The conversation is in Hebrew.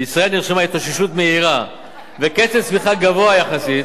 בישראל נרשמו התאוששות מהירה וקצב צמיחה גבוה יחסית.